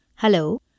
Hello